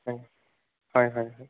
হয় হয় হয় হয়